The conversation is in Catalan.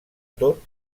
tot